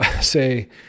say